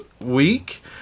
week